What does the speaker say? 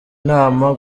inama